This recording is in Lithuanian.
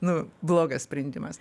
nu blogas sprendimas